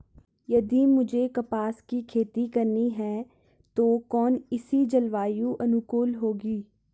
यदि मुझे कपास की खेती करनी है तो कौन इसी जलवायु अनुकूल होगी?